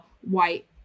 white